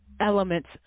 elements